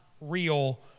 real